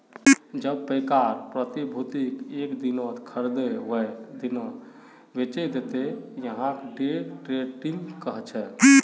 जब पैकार प्रतिभूतियक एक दिनत खरीदे वेय दिना बेचे दे त यहाक डे ट्रेडिंग कह छे